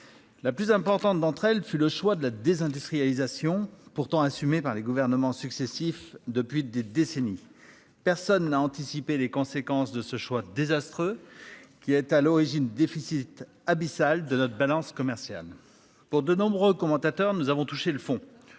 La plus importante d'entre elles fut le choix de la désindustrialisation pourtant assumé par les gouvernements successifs depuis des décennies. Personne n'a anticipé les conséquences de ce choix désastreux qui est à l'origine déficit abyssal de notre balance commerciale. Pour de nombreux commentateurs, nous avons touché le fond